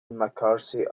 mccartney